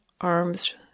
arms